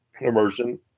immersion